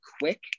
quick